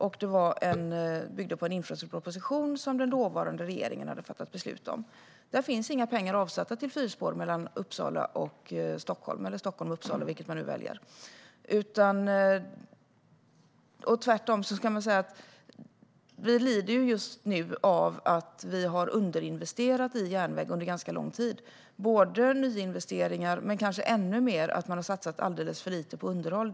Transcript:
Beslutet byggde på en infrastrukturproposition som den dåvarande regeringen hade fattat beslut om. Där finns inga pengar avsatta till fyrspår mellan Uppsala och Stockholm. Vi lider just nu av att vi har underinvesterat i järnväg under ganska lång tid. Det har gällt både brister i nyinvesteringar och kanske i ännu högre grad att man satsat alldeles för lite på underhåll.